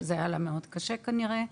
זה היה לה מאוד קשה כנראה.